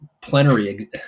plenary